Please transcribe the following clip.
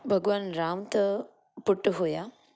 भॻवानु राम त पुटु हुया